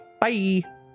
bye